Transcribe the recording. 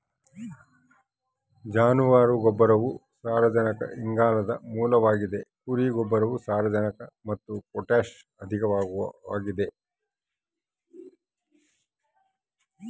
ಜಾನುವಾರು ಗೊಬ್ಬರವು ಸಾರಜನಕ ಇಂಗಾಲದ ಮೂಲವಾಗಿದ ಕುರಿ ಗೊಬ್ಬರವು ಸಾರಜನಕ ಮತ್ತು ಪೊಟ್ಯಾಷ್ ಅಧಿಕವಾಗದ